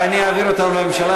ואני אעביר אותן לממשלה,